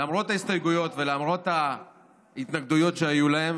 למרות ההסתייגויות ולמרות ההתנגדויות שהיו להם,